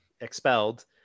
Expelled